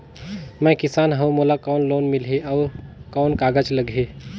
मैं किसान हव मोला कौन लोन मिलही? अउ कौन कागज लगही?